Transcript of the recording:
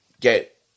get